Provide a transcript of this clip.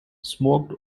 smoked